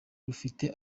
rufite